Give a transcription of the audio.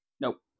Nope